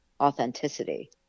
authenticity